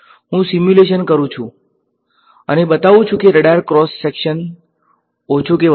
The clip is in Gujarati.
હું સીમ્યુલેશન કરું છું અને બતાવું છું કે રડાર ક્રોસ સેકશન ઓછો કે વધુ છે